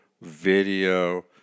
video